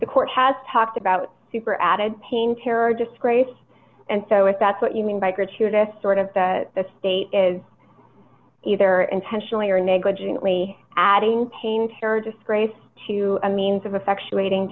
the court has talked about super added pain terror disgrace and so if that's what you mean by gratuitous sort of that the state is either intentionally or negligently adding paynter disgrace to a means of effect